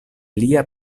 lia